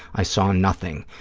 i saw nothing.